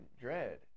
Dread